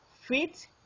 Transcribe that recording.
fit